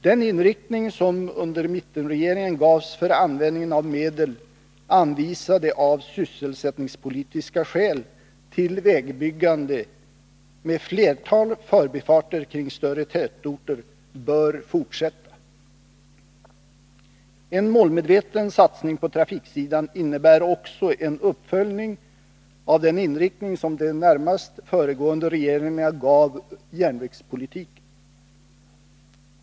Den inriktning som under mittenregeringen gavs för användning av medel anvisade av sysselsättningspolitiska skäl till vägbyggande med ett flertal förbifarter kring större tätorter bör fortsätta. En målmedveten satsning på trafiksidan innebär också en uppföljning av den inriktning som de närmast föregående regeringarna gav järnvägspolitiken.